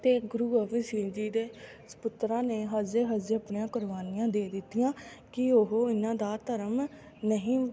ਅਤੇ ਗੁਰੂ ਗੋਬਿੰਦ ਸਿੰਘ ਜੀ ਦੇ ਸਪੁੱਤਰਾਂ ਨੇ ਹੱਸਦੇ ਹੱਸਦੇ ਆਪਣੀਆਂ ਕੁਰਬਾਨੀਆਂ ਦੇ ਦਿੱਤੀਆਂ ਕਿ ਉਹ ਇਹਨਾਂ ਦਾ ਧਰਮ ਨਹੀਂ